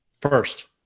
first